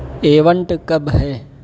event کب ہے